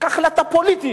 החלטה פוליטית,